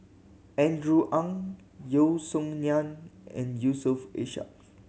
Andrew Ang Yeo Song Nian and Yusof Ishak